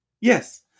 Yes